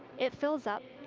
it fills up,